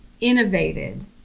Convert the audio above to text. innovated